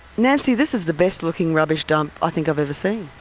nancy, this is the best looking rubbish dump i think i've ever seen.